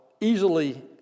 easily